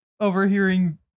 overhearing